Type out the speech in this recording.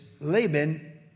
Laban